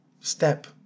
step